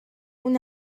اون